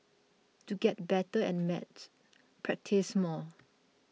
to get better at maths practise more